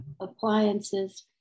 appliances